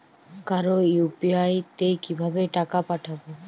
কারো ইউ.পি.আই তে কিভাবে টাকা পাঠাবো?